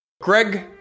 Greg